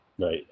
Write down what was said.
right